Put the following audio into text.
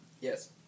Yes